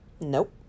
Nope